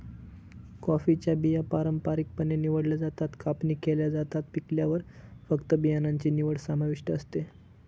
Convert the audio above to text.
कॉफीच्या बिया पारंपारिकपणे निवडल्या जातात, कापणी केल्या जातात, पिकल्यावर फक्त बियाणांची निवड समाविष्ट असते